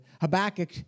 Habakkuk